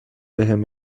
بهم